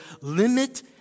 limit